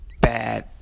bad